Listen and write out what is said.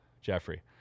Jeffrey